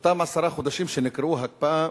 אותם עשרה חודשים שנקראו "הקפאה",